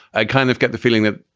i kind of get the feeling that,